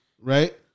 Right